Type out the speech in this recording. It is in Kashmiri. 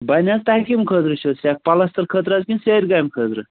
بنہِ تۄہہِ کَمہِ خٲطرٕ چھو سیٚکھ پَلستر خٲطرٕ حظ کِنہٕ سیرِ کَامہِ خٲطرٕ